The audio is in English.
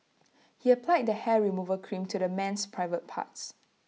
he applied the hair removal cream to the man's private parts